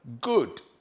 good